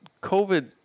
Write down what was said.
COVID